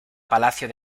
palacio